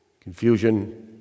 Confusion